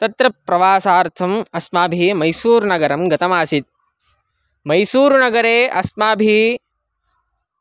तत्र प्रवासार्थम् अस्माभिः मैसूरुनगरं गतमासीत् मैसूरुनगरे अस्माभिः